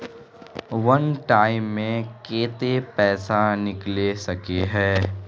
वन time मैं केते पैसा निकले सके है?